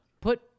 put